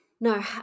no